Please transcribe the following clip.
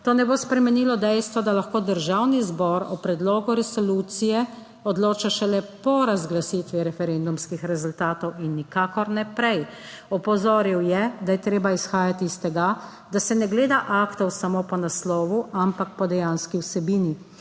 to ne bo spremenilo dejstvo, da lahko Državni zbor o predlogu resolucije odloča šele po razglasitvi referendumskih rezultatov in nikakor ne prej. Opozoril je, da je treba izhajati iz tega, da se ne gleda aktov samo po naslovu ampak po dejanski vsebini,